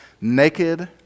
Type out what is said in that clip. naked